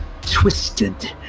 Twisted